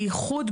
בייחוד,